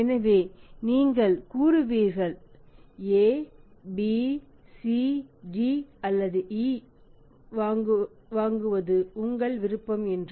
எனவே நீங்கள் கூறுவீர்கள் ABCD அல்லது E வாங்குவது உங்கள் விருப்பம் என்று